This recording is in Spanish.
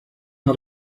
una